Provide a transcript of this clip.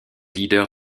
leaders